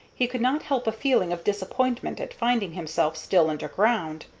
he could not help a feeling of disappointment at finding himself still underground.